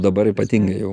dabar ypatingai jau